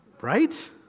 Right